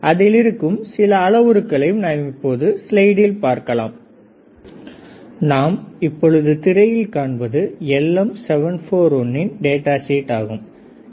அதில் இருக்கும் சில அளவுருக்களை நாம் இப்பொழுது ஸ்லைடில் பார்க்கலாம் நாம் இப்பொழுது திரையில் காண்பது LM 741இன் டேட்டா ஷீட் ஆகும்